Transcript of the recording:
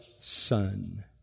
son